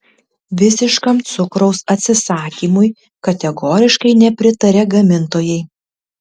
visiškam cukraus atsisakymui kategoriškai nepritaria gamintojai